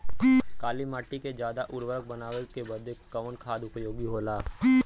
काली माटी के ज्यादा उर्वरक बनावे के बदे कवन खाद उपयोगी होला?